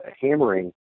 hammering